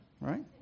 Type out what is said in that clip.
Right